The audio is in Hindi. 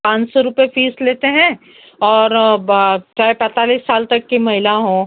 पाँच सौ रुपये फीस लेते हैं और चाहे पैंतालीस साल की महिला हो